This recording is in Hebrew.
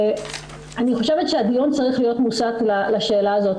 אני חושבת שהדיון צריך להיות מוסט לשאלה הזאת,